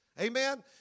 Amen